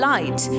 Light